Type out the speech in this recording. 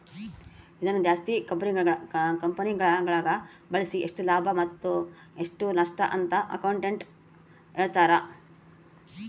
ಇದನ್ನು ಜಾಸ್ತಿ ಕಂಪೆನಿಗಳಗ ಬಳಸಿ ಎಷ್ಟು ಲಾಭ ಮತ್ತೆ ಎಷ್ಟು ನಷ್ಟಅಂತ ಅಕೌಂಟೆಟ್ಟ್ ಹೇಳ್ತಾರ